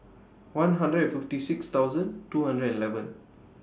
one hundred and fifty six thousand two hundred and eleven